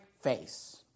face